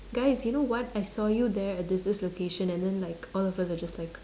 guys you know what I saw you there at this this location and then like all of us are just like